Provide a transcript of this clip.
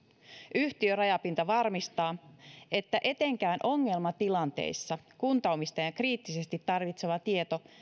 yhtiörajapinta varmistaa että etenkään ongelmatilanteissa kuntaomistajan kriittisesti tarvitsema tieto